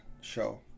show